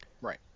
Right